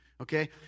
okay